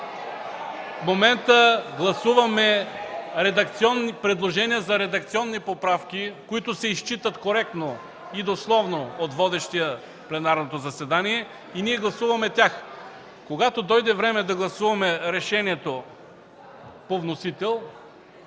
В момента гласуваме редакционни предложения за редакционни поправки, които се изчитат коректно и дословно от водещия пленарното заседание. Ние гласуваме тях. Когато дойде време да гласуваме решението по вносител,